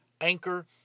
Anchor